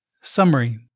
summary